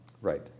Right